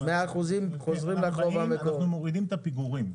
אנחנו מורידים את הפיגורים,